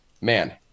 man